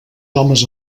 homes